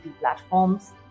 platforms